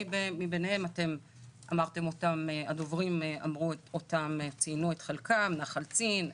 הדוברים אמרו את הבולטים ביניהם וציינו את חלקם: נחל צין,